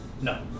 No